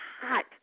hot